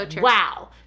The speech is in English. wow